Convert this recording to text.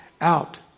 out